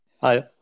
Hi